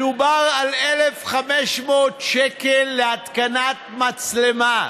מדובר על 1,500 שקל להתקנת מצלמה.